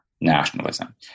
nationalism